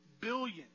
billion